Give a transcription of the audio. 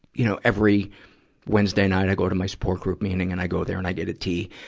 you know, every wednesday night i go to my support group meeting and i go there and i'd get a tea.